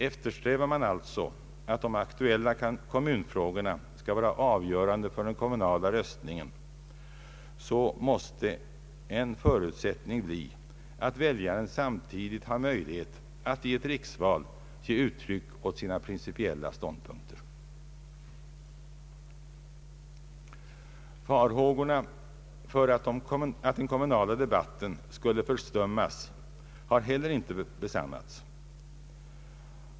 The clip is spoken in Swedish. Eftersträvar man alltså att de aktuella kommunfrågorna skall vara avgörande för den kommunala röstningen, måste en förutsättning bli att väljaren samtidigt har möjlighet att vid riksval ge uttryck för sina principiella ståndpunkter. Farhågorna för att den kommunala debatten skulle förstummas har heller inte besannats.